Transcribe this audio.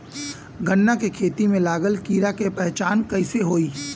गन्ना के खेती में लागल कीड़ा के पहचान कैसे होयी?